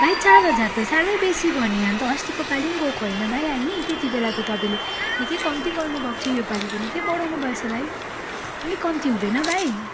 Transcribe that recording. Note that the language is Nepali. भाइ चार हजार त साह्रै बेसी भयो नि अन्त अस्तिको पालि पनि गएको होइन भाइ हामी त्यति बेला त तपाईँले निक्कै कम्ति गर्नु भएको थियो योपालि त निक्कै बढाउनु भएछ भाइ अलिक कम्ति हुँदैन भाइ